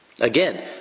Again